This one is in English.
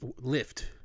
Lift